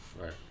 Right